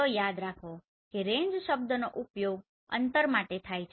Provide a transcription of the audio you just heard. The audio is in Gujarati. તો યાદ રાખો કે રેંજ શબ્દનો ઉપયોગ અંતર માટે થાય છે